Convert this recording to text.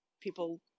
people